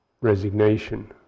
resignation